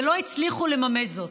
ולא הצליחו לממש זאת.